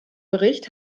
bericht